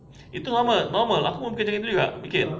itu normal normal aku pun kena gitu juga bikin